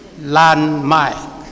landmark